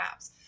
apps